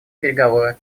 переговоры